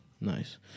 nice